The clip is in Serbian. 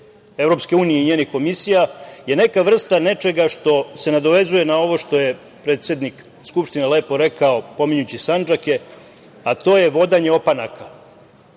te EU i njene komisije je neka vrsta nečega što se nadovezuje na ono što je predsednik Skupštine lepo rekao, pominjući sandžake, a to je vodanje opanaka. Ne